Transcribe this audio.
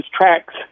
tracks